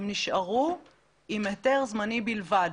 הם נשארו עם היתר זמני בלבד.